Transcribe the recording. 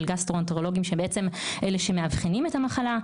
גסטרואנטרולוגים שהם אלה שמאבחנים את המחלה.